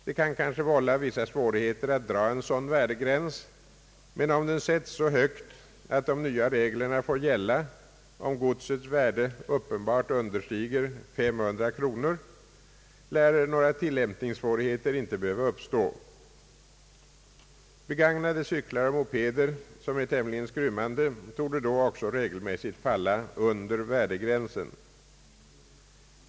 Det kan kanske vålla vissa svårigheter att dra en sådan värdegräns, men om den sätts så högt att de nya reglerna får gälla om godsets värde uppenbart understiger 500 kronor, lär några tillämpningssvårigheter inte behöva uppstå. Begagnade cyklar och mopeder, som är tämligen skrymmande, torde då också regelmässigt falla under värdegränsen.